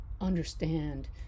understand